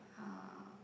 uh